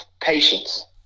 Patience